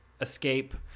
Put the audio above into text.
escape